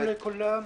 שלום לכולם.